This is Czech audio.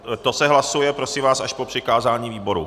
To se hlasuje, prosím vás, až po přikázání výboru.